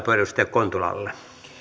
edustaja kontulalle